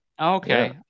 Okay